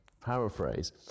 paraphrase